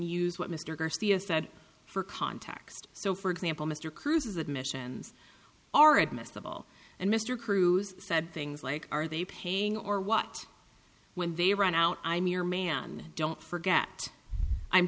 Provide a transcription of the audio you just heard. use what mr garcia said for context so for example mr cruz's admissions are admissible and mr cruz said things like are they paying or what when they run out i mean you're man don't forget i'm